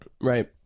Right